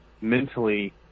mentally